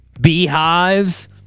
beehives